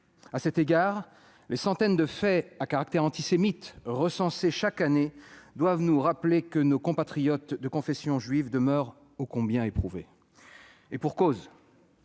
À cet égard, les centaines de faits à caractère antisémite recensés chaque année doivent nous rappeler que nos compatriotes de confession juive demeurent ô combien éprouvés ! Et pour cause.